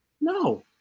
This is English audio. No